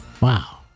Wow